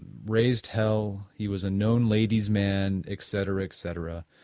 raised hell, he was a known lady's man etc. etc.